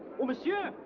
monsieur!